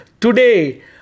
today